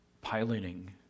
piloting